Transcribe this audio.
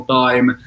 time